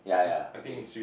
yeah yeah okay